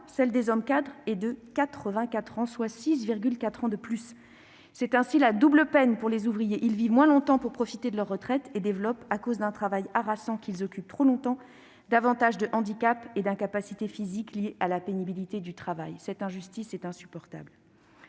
celle des hommes cadres est de 84 ans, soit 6,4 années de plus. C'est ainsi la double peine pour les ouvriers : ils vivent moins longtemps pour profiter de leur retraite et développent, à cause d'un travail harassant qu'ils occupent trop longtemps, davantage de handicaps et d'incapacités physiques liés à la pénibilité du travail. Cette injustice est insupportable.